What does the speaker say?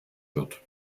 wird